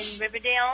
Riverdale